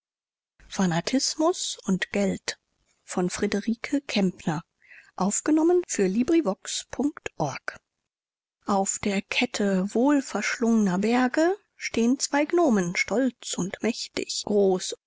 fanatismus und geld auf der kette wohlverschlung'ner berge steh'n zwei gnomen stolz und mächtig groß